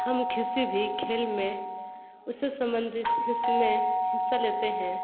हम किसी भी खेल में उससे सम्बंधित इसमें हिस्सा लेते हैं